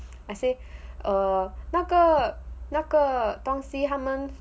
I say err 那个那个东西他们